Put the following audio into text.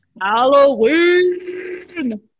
Halloween